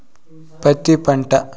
పత్తి పంట